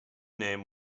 name